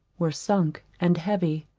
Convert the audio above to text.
were sunk and heavy.